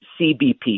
CBP